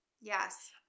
yes